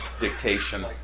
Dictation